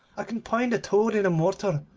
i can pound a toad in a mortar,